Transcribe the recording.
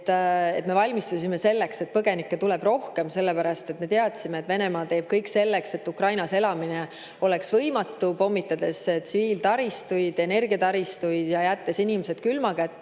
valmistusime selleks, et põgenikke tuleb rohkem, sellepärast et me teadsime, et Venemaa teeb kõik selleks, et Ukrainas elamine oleks võimatu, pommitades tsiviiltaristut, energiataristut ja jättes inimesed külma